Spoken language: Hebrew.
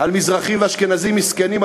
על מזרחים ואשכנזים מסכנים?